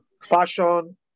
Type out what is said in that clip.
fashion